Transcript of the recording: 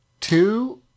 two